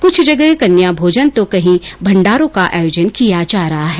कुछ जगह कन्या भोजन तो कहीं भंडारों का आयोजन किया जा रहा है